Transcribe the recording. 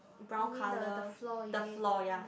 brown color the floor yea